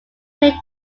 made